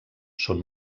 són